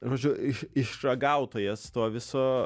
žodžiu iš išragautojas to viso